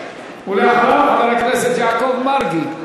אחריו, חבר הכנסת יעקב מרגי.